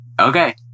Okay